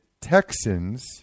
Texans